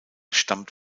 stammt